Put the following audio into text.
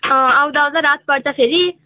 अँ आउँदा आउँदा रात पर्छ फेरि